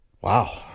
Wow